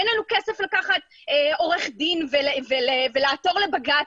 אין לנו כסף לקחת עורך דין ולעתור לבג"צ,